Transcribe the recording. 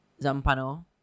Zampano